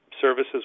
services